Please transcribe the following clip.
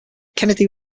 kennedy